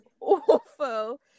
awful